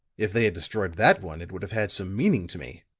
if they had destroyed that one it would have had some meaning to me,